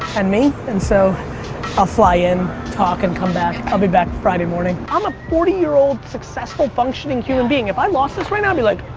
and me and so i'll fly in talk and come back. i'll be back friday morning. i'm a forty year old successful functioning human being, if i lost this right now i'd be like.